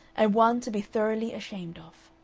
and one to be thoroughly ashamed of.